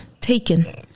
Taken